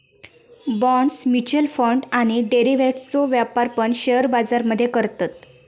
bonds, mutual fund आणि डेरिव्हेटिव्ह्जचो व्यापार पण शेअर बाजार मध्ये करतत